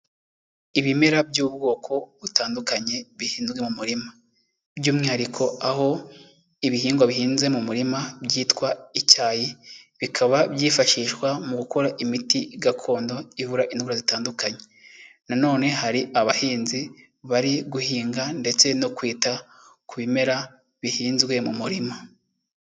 Ibimera by'ubwoko butandukanye bihinzwe mu murima. By'umwihariko aho ibihingwa bihinze mu murima byitwa icyayi, bikaba byifashishwa mu gukora imiti gakondo ivura indwara zitandukanye. Nanone hari abahinzi bari guhinga ndetse no kwita ku bimera bihinzwe mu murima.